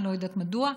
לא יודעת מדוע,